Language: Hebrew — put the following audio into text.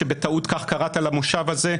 בטעות כך קראת למושב הזה,